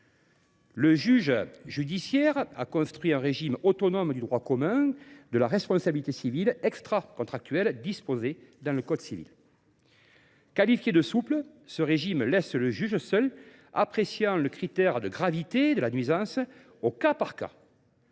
Le juge judiciaire a ainsi construit un régime autonome du droit commun de la responsabilité civile extracontractuelle disposé dans le code civil. Qualifié de souple, ce régime laisse au seul juge la faculté d’apprécier le critère de gravité de la nuisance, au cas par cas.